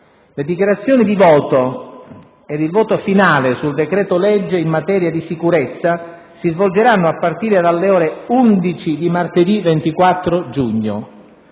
Le dichiarazioni di voto e il voto finale sul decreto-legge in materia di sicurezza si svolgeranno a partire dalle ore 11 di martedì 24 giugno.